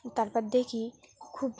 তারপর দেখি খুব